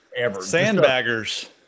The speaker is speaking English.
Sandbaggers